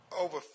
over